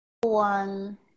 one